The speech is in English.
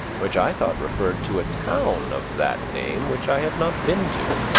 which i thought referred to a town of that name which i had not been to.